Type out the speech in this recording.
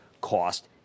cost